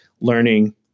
learning